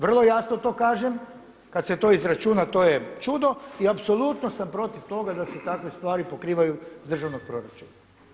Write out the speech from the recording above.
Vrlo jasno to kažem, kad se to izračuna to je čudo i apsolutno sam protiv toga da se takve stvari pokrivaju iz državnog proračuna.